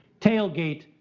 TAILGATE